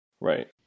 Right